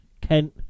Kent